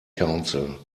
council